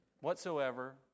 whatsoever